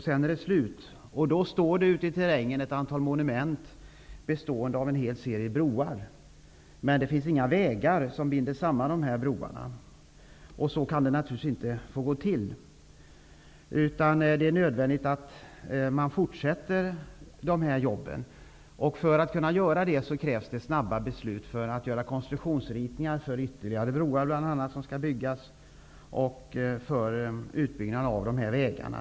Sedan blir det stopp, och då kommer ett antal monument bestående av en hel serie broar att finnas ute i terrängen. Det finns alltså inga vägar som binder samman broarna, och så får det naturligtvis inte vara. Det är således nödvändigt att fortsätta med de här jobben. Men för att det skall vara möjligt krävs det snabba beslut när det gäller konstruktionsritningarna för bl.a. ytterligare broar som skall byggas och utbyggnaden av vägarna i fråga.